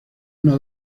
una